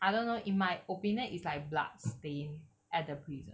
I don't know in my opinion it's like bloodstain at the prison